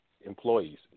employees